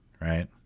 Right